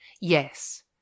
Yes